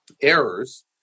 errors